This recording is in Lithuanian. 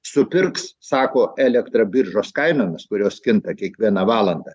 supirks sako elektrą biržos kainomis kurios kinta kiekvieną valandą